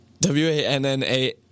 W-A-N-N-A